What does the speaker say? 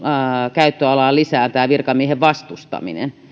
käyttöalaan lisää tämä virkamiehen vastustaminen